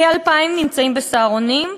כ-2,000 נמצאים ב"סהרונים".